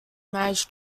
marriage